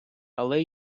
але